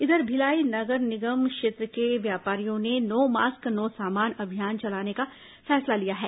इधर भिलाई निगम क्षेत्र के व्यापारियों ने नो मास्क नो सामान अभियान चलाने का फैसला लिया है